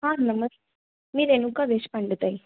हां नमस् मी रेनुका देशपांडे ताय